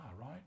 right